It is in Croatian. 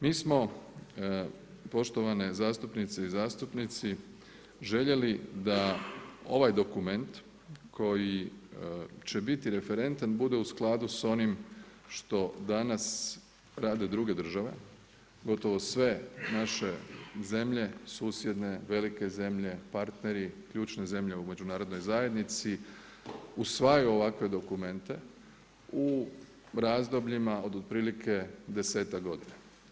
Mi smo poštovane zastupnice i zastupnici željeli da ovaj dokument koji će biti referentan bude u skladu sa onim što danas rade druge države, gotovo sve naše zemlje susjedne, velike zemlje, partneri, ključne zemlje u Međunarodnoj zajednici, usvajaju ovakve dokumente u razdobljima od otprilike 10-ak godina.